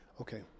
Okay